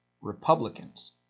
Republicans